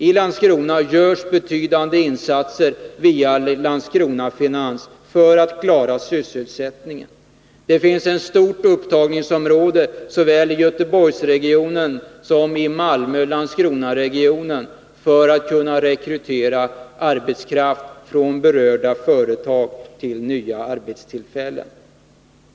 I Landskrona görs betydande insatser via Landskrona Finans för att klara sysselsättningen. Det finns ett stort upptagningsområde såväl i Göteborgsregionen som i Malmö Landskronaregionen, där man kan rekrytera arbetskraft från berörda företag till nya arbetstillfällen.